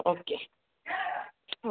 okay